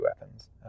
weapons